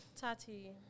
tati